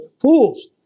Fools